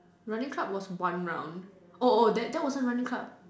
running club was one round oh oh that that wasn't running club